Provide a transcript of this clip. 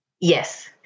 Yes